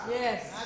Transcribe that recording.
Yes